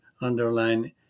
underline